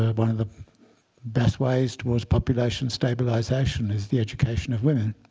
ah but of the best ways towards population stabilization is the education of women.